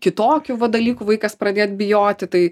kitokių va dalykų vaikas pradėt bijoti tai